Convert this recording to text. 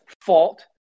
fault